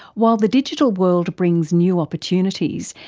while the digital world brings new opportunities,